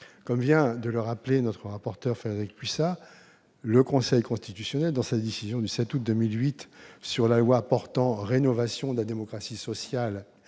Comme vient de le rappeler notre rapporteur Frédérique Puissat, le Conseil constitutionnel, dans sa décision du 7 août 2008 sur la loi portant rénovation de la démocratie sociale